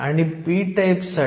तर जर्मेनियम 2